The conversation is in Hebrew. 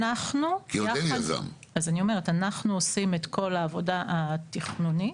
אנחנו עושים את כל העבודה התכנונית